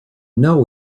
know